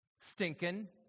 stinking